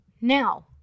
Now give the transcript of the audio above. Now